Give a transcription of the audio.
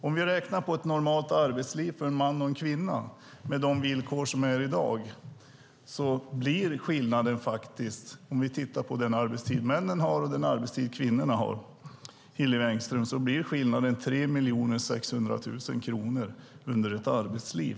Om vi tittar på ett normalt arbetsliv för en man och en kvinna med de villkor som gäller i dag och tittar på den arbetstid männen har och den arbetstid kvinnorna har ser vi att skillnaden blir 3 600 000 kronor under ett arbetsliv.